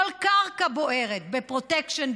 כל קרקע בוערת בפרוטקשן,